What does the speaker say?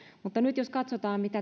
mutta nyt kun katsotaan mitä